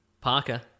Parker